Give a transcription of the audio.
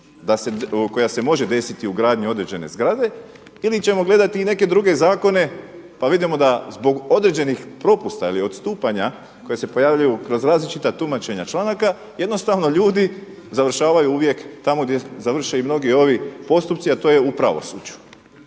koja se može desiti u gradnji određene zgrade ili ćemo gledati neke druge zakone pa vidimo da zbog određenih propusta ili odstupanja koje se pojavljuju kroz različita tumačenja članaka jednostavno ljudi završavaju uvijek tamo gdje završe i mnogi ovi postupci, a to je u pravosuđu.